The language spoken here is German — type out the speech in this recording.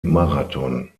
marathon